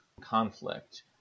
conflict